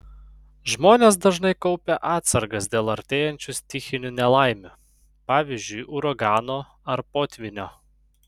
žmonės dažnai kaupia atsargas dėl artėjančių stichinių nelaimių pavyzdžiui uragano ar potvynio